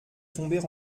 tomber